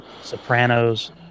Sopranos